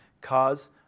cause